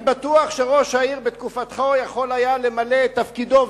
אני בטוח שראש העיר בתקופתך יכול היה למלא את תפקידו,